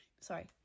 Sorry